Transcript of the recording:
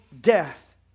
death